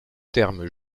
terme